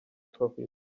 coffee